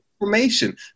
information